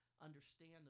understand